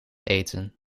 eten